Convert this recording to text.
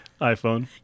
iPhone